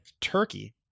turkey